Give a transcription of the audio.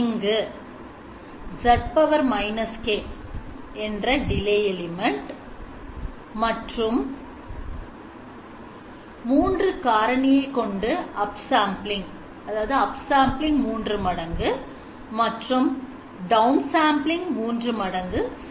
இங்கு z −k என்ற Delay element மற்றும் மூன்று காரணியை கொண்டு அப்சம்பிளிங் மற்றும் டவுன் சம்பிளிங்